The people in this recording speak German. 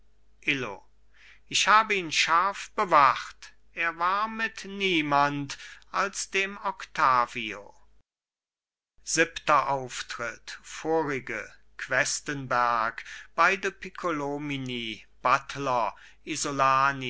ich hab ihn scharf bewacht er war mit niemand als dem octavio siebenter auftritt vorige questenberg beide piccolomini buttler isolani